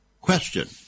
Question